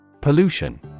Pollution